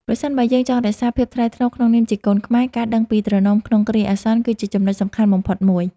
ប្រសិនបើយើងចង់រក្សាភាពថ្លៃថ្នូរក្នុងនាមជាកូនខ្មែរ ការដឹងពីត្រណមក្នុងគ្រាអាសន្ន គឺជាចំណុចសំខាន់បំផុតមួយ។